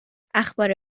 اخبار